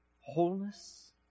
wholeness